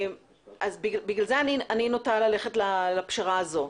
לכן אני נוטה ללכת לפשרה הזאת.